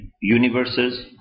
universes